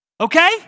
Okay